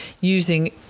using